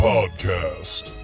Podcast